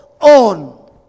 on